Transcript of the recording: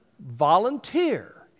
volunteer